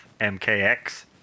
MKX